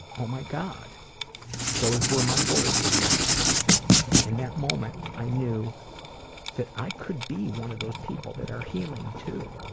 oh my god those were my words he read and at that moment, i knew that i could be one of those people that are healing too,